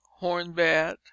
hornbat